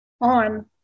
On